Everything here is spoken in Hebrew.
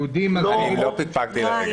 לא פקפקתי לרגע.